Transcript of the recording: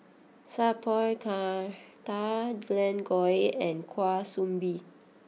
Sat Pal Khattar Glen Goei and Kwa Soon Bee